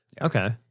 Okay